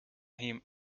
him